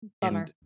Bummer